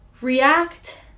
react